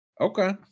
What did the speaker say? Okay